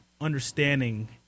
understanding